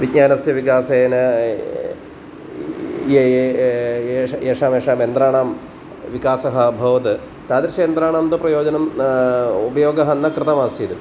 विज्ञानस्य विकासेन येषां येषां यन्त्राणां विकासः अभवत् तादृशानां यन्त्राणां तु प्रयोजनम् उपयोगं न कृतमासीत्